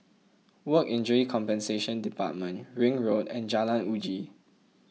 Work Injury Compensation Department Ring Road and Jalan Uji